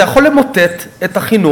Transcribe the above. זה יכול למוטט את החינוך